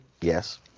Yes